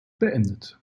beendet